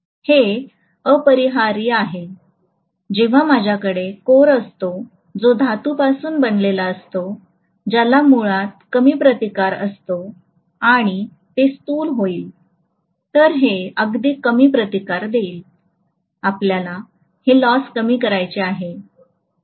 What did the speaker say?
हे अपरिहार्य आहे जेव्हा माझ्याकडे कोर असतो जो धातूपासून बनलेला असतो ज्याला मुळात कमी प्रतिकार होतो आणि ते स्थूल होईल तर हे अगदी कमी प्रतिकार देईल आपल्याला हे लॉस कमी करायचे आहे